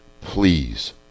Please